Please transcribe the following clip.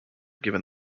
given